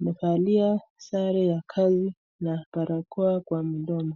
amevalia sare ya kazi na barakoa kwa mdomo.